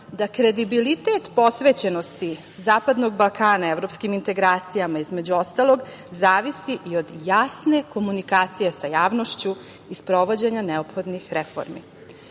da kredibilitet posvećenosti Zapadnog Balkana, evropskim integracijama, između ostalog zavisi i od jasne komunikacije sa javnošću i sprovođenja neophodnih reformi. Dakle,